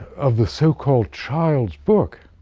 of the so-called child's book.